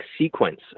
sequence